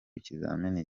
ikizamini